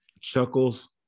Chuckles